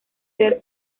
ser